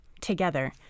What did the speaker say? together